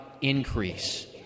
increase